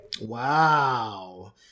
Wow